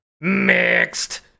mixed